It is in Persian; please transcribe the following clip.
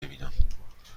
ببینم